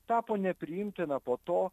tapo nepriimtina po to